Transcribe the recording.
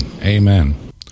amen